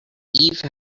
eve